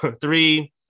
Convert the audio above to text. three